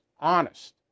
honest